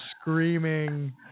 screaming